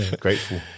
Grateful